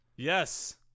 Yes